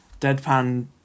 deadpan